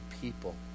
people